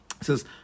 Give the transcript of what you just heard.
says